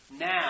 Now